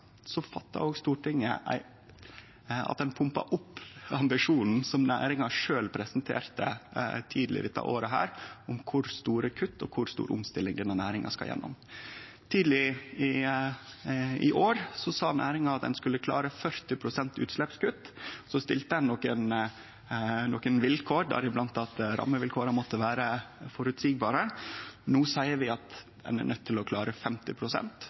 Stortinget å pumpe opp ambisjonen som næringa sjølv presenterte tidleg i dette året om kor store kutt og kor stor omstilling denne næringa skal gjennom. Tidleg i år sa næringa at ho skulle klare 40 pst. utsleppskutt. Så stilte ein nokre vilkår, deriblant at rammevilkåra måtte vere føreseielege. No seier vi at ein er nøydt til å klare